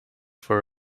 for